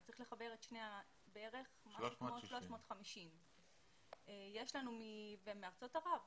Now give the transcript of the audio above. ביחד זה 350. יש לנו מארצות ערב כמובן.